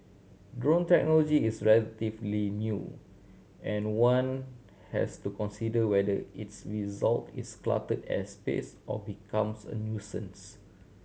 drone technology is relatively new and one has to consider whether it's result it's cluttered airspace or becomes a nuisance